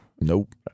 Nope